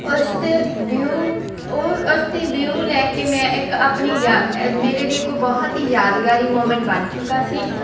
ਉਸ 'ਤੇ ਵਿਊ ਉਹ ਅਸੀਂ ਵਿਊ ਲੈ ਕੇ ਮੈਂ ਇੱਕ ਆਪਣੀ ਯਾ ਮੇਰੇ ਲਈ ਇੱਕ ਬਹੁਤ ਯਾਦਗਾਰੀ ਮੂਮੈਂਟ ਬਣ ਚੁੱਕਾ ਸੀ